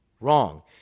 Wrong